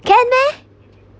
can eh